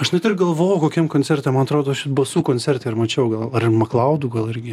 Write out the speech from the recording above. aš net ir galvoju kokiam koncerte man atrodo aš ir basų koncerte ir mačiau gal ar maklaudų gal irgi